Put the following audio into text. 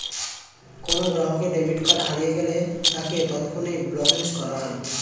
কোনো গ্রাহকের debit card হারিয়ে গেলে তাকে তৎক্ষণাৎ ব্লক লিস্ট করা হয়